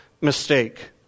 mistake